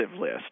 list